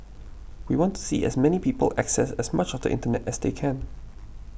we want to see as many people access as much of the internet as they can